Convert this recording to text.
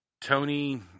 Tony